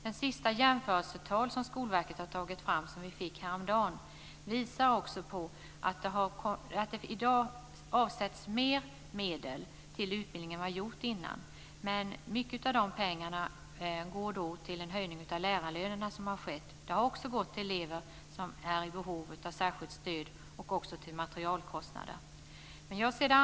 Det senaste jämförelsetal som Skolverket har tagit fram och som vi fick häromdagen visar också att det i dag avsätts mer pengar till utbildning än vad det har gjorts tidigare. Men mycket av dessa pengar går till den höjning av lärarlönerna som har skett. De har också gått till elever som är i behov av särskilt stöd och till materielkostnader.